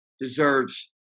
deserves